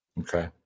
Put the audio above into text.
Okay